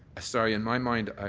ah sorry, in my mind